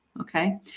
Okay